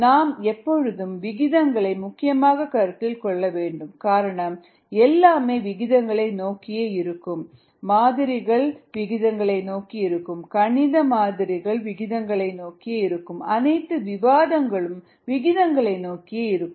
நாம் எப்பொழுதும் விகிதங்களை முக்கியமாக கருத்தில் கொள்ள வேண்டும் காரணம் எல்லாமே விகிதங்களை நோக்கியே இருக்கும் மாதிரிகள் விகிதங்களை நோக்கியே இருக்கும் கணித மாதிரிகள் விகிதங்களை நோக்கியே இருக்கும் அனைத்து விவாதங்களும் விகிதங்களை நோக்கியே இருக்கும்